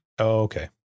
okay